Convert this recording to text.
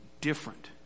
different